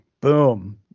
boom